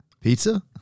Pizza